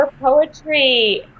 poetry